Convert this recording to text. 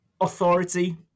authority